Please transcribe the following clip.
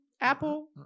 Apple